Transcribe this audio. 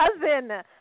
cousin